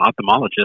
ophthalmologist